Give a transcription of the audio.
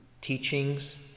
teachings